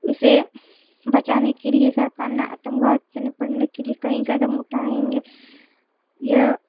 उससे बचाने के लिए सरकार ने आतंकवाद से निपटने के लिए कई क़दम उठाए हैं यह